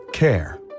Care